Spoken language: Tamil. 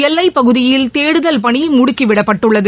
எல்லைப் பகுதியில் தேடுதல் பணி முடுக்கிவிடப்பட்டுள்ளது